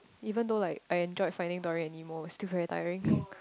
even though like I enjoyed Finding Dory and Nemo it's still very tiring